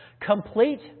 complete